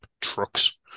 trucks